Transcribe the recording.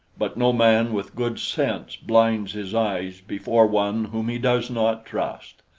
but no man with good sense blinds his eyes before one whom he does not trust.